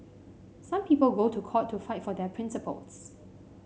some people go to court to fight for their principles